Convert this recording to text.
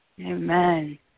Amen